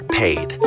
paid